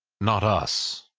not us.